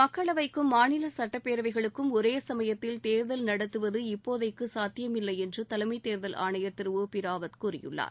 மக்களவைக்கும் மாநில சட்டப்பேரவைகளுக்கும் ஒரே சமயத்தில் தேர்தல் நடத்துவது இப்போதைக்கு சாத்தியமில்லை என்று தலைமைத் தேர்தல் ஆணையாளர் திரு ஒ பி ராவத் கூறியிருக்கிறார்